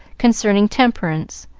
concerning temperance,